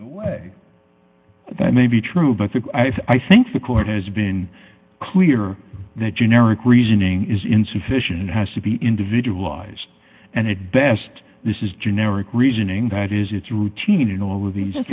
the way that may be true but i think the court has been clear that generic reasoning is insufficient it has to be individualized and it best this is generic reasoning that is it's routine in all of these